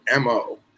MO